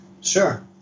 Sure